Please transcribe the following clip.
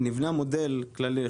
נבנה מודל כללי.